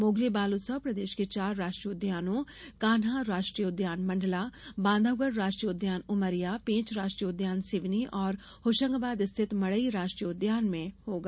Mowgli बाल उत्सव प्रदेश के चार राष्ट्रीय उद्यानों कान्हा राष्ट्रीय उद्यान मंडला बांधवगढ राष्ट्रीय उद्यान उमरिया पेंच राष्ट्रीय उद्यान सिवनी और होशंगाबाद स्थित मढ़ई राष्ट्रीय उद्यान में होगा